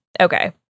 okay